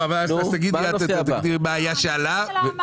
אז את תגדירי מה היה שעלה.